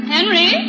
Henry